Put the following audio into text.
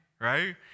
Right